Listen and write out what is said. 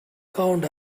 count